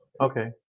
okay